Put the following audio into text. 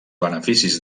beneficis